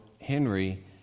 Henry